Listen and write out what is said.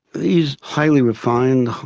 these highly refined,